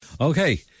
Okay